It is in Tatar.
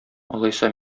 алайса